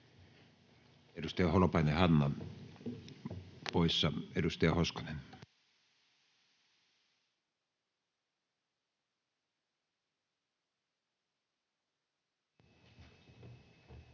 Edustaja Holopainen, Hanna, poissa. — Edustaja Hoskonen.